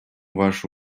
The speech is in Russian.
ваши